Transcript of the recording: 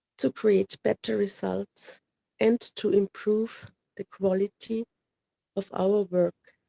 to create better results and to improve the quality of our work.